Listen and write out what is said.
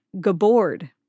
Gabord